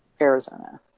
Arizona